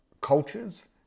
cultures